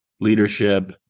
leadership